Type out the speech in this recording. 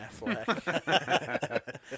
Affleck